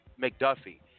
McDuffie